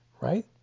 Right